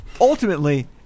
ultimately